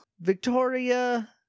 Victoria